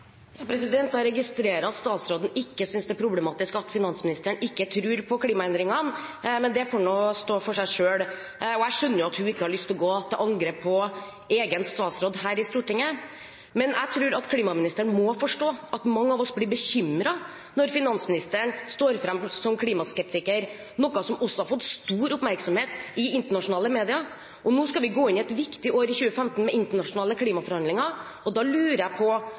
Jeg registrerer at statsråden ikke synes det er problematisk at finansministeren ikke tror på klimaendringene, men det får nå stå for seg selv. Jeg skjønner at hun ikke har lyst til å gå til angrep på egen statsråd her i Stortinget. Men jeg tror at klimaministeren må forstå at mange av oss blir bekymret når finansministeren står fram som klimaskeptiker, noe som også har fått stor oppmerksomhet i internasjonale media. Nå i 2015 har vi et viktig år med internasjonale klimaforhandlinger, og da lurer jeg på: